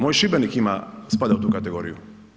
Moj Šibenik ima spada u tu kategoriju.